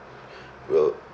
will